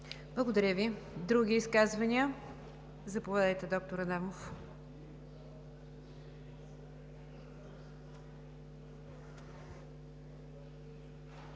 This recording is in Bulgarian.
Благодаря Ви. Други изказвания? Заповядайте, доктор Адемов.